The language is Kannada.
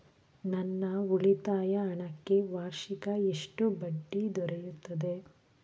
ನನ್ನ ಉಳಿತಾಯ ಹಣಕ್ಕೆ ವಾರ್ಷಿಕ ಎಷ್ಟು ಬಡ್ಡಿ ದೊರೆಯುತ್ತದೆ?